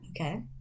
Okay